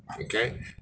Okay